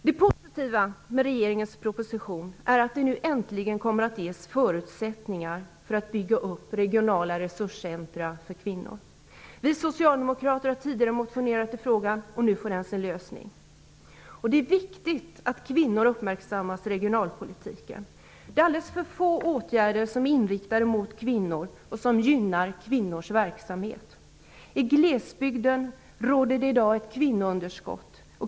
Det positiva med regeringens proposition är att det nu äntligen kommer att ges förutsättningar för att bygga upp regionala resurscentra för kvinnor. Vi socialdemokrater har tidigare motionerat i frågan och nu får den sin lösning. Det är viktigt att kvinnor uppmärksammas i regionalpolitiken. Alldeles för få åtgärder är inriktade på kvinnor och gynnar kvinnors verksamhet. I glesbygden råder det i dag ett kvinnounderskott.